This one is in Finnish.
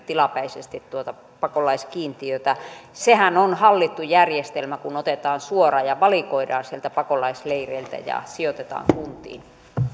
tilapäisesti tuota pakolaiskiintiötä sehän on hallittu järjestelmä kun otetaan suoraan ja valikoidaan sieltä pakolaisleireiltä ja sijoitetaan kuntiin